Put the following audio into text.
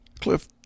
Cliff